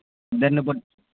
ఇద్దరిని